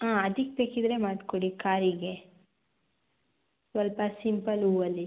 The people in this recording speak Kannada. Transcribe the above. ಹಾಂ ಅದಕ್ ಬೇಕಿದ್ದರೆ ಮಾಡಿಕೊಡಿ ಕಾರಿಗೆ ಸ್ವಲ್ಪ ಸಿಂಪಲ್ ಹೂವಲ್ಲಿ